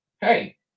hey